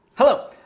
Hello